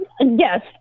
Yes